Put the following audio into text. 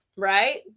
Right